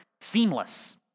seamless